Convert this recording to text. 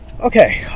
Okay